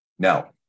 Now